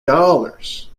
dollars